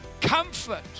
comfort